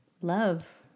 love